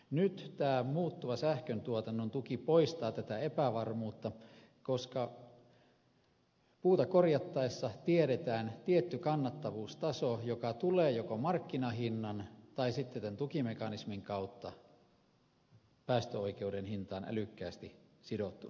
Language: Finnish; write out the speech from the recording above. nyt tämä muuttuva sähköntuotannon tuki poistaa tätä epävarmuutta koska puuta korjattaessa tiedetään tietty kannattavuustaso joka tulee joko markkinahinnan tai sitten tämän tukimekanismin kautta päästöoikeuden hintaan älykkäästi sidottuna